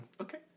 Okay